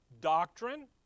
doctrine